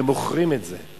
ומוכרים את זה.